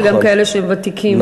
וגם כאלה שוותיקים.